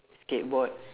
skateboard